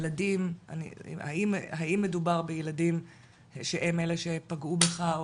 האם מדובר בילדים שהם אלה שפגעו בך,